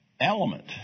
Element